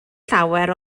llawer